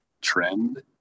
trend